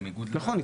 בניגוד ל --- נכון,